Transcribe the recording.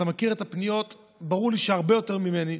וברור לי שאתה מכיר את הפניות הרבה יותר ממני.